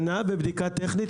שנה בבדיקה טכנית.